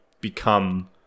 become